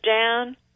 down